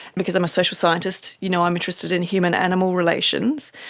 because i'm a social scientist, you know i'm interested in human-animal relations.